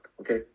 okay